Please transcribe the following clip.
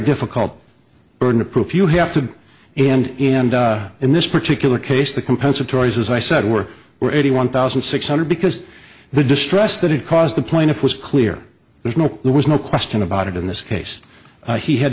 difficult burden of proof you have to end and in this particular case the compensatory is as i said we're already one thousand six hundred because the distress that it caused the plaintiff was clear there's no there was no question about it in this case he had